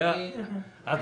תל אביב 32%,